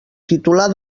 titular